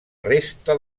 resta